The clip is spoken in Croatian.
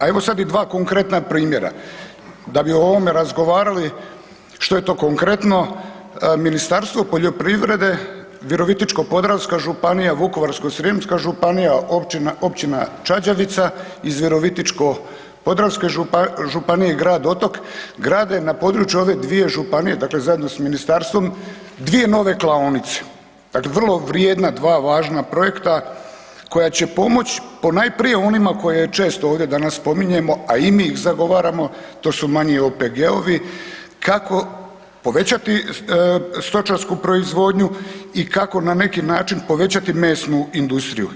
A evo sad i dva konkretna primjera, da bi o ovome razgovarali što je to konkretno, Ministarstvo poljoprivrede Virovitičko-podravska županija, Vukovarsko-srijemska županija, općina, općina Čađavica, iz Virovitičko-podravske županije grad Otok grade na području ove dvije županije, dakle zajedno s ministarstvom dvije nove klaonice, dakle vrlo vrijedna dva važna projekta koja će pomoć ponajprije onima koje često ovdje danas spominjemo, a i mi ih zagovaramo, to su manji OPG-ovi kako povećati stočarsku proizvodnju i kako na neki način povećati mesnu industriju.